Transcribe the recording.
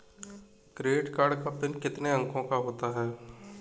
Credit card का PIN कितने अंकों का होता है?